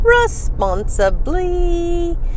responsibly